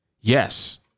Yes